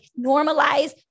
normalize